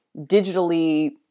digitally